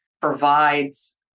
provides